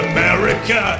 America